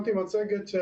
מבין שרואים את המצגת.